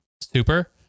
Super